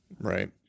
Right